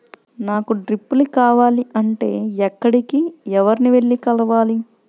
నాకు డ్రిప్లు కావాలి అంటే ఎక్కడికి, ఎవరిని వెళ్లి కలవాలి?